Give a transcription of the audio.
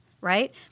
right